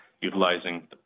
utilizing